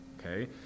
okay